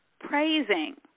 praising